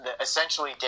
Essentially